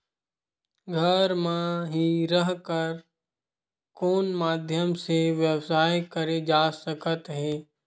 घर म हि रह कर कोन माध्यम से व्यवसाय करे जा सकत हे?